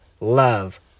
love